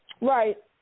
Right